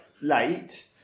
late